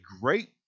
great